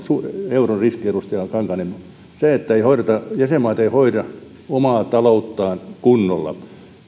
euron riski edustaja kankaanniemi että jäsenmaat eivät hoida omaa talouttaan kunnolla